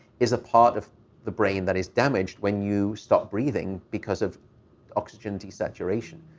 is a part of the brain that is damaged when you stop breathing because of oxygen desaturation.